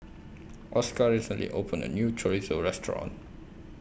Oscar recently opened A New Chorizo Restaurant